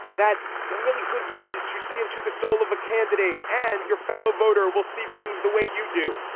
that they're really good ways to see into the soul of a candidate and your fellow voter will see things the way you do.